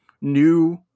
new